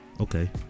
Okay